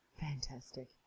Fantastic